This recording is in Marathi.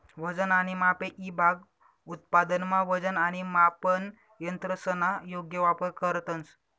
वजन आणि मापे ईभाग उत्पादनमा वजन आणि मापन यंत्रसना योग्य वापर करतंस